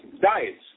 diets